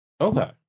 Okay